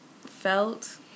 felt